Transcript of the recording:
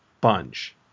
bunch